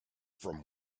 from